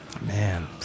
Man